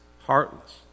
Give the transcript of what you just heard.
heartless